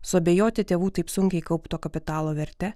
suabejoti tėvų taip sunkiai kaupto kapitalo verte